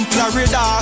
Florida